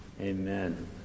Amen